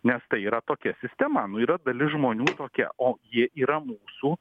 nes tai yra tokia sistema nu yra dalis žmonių tokie o jie yra mūsų